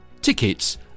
tickets